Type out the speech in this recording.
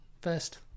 first